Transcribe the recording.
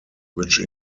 which